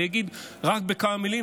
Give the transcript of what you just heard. אני אגיד רק בכמה מילים,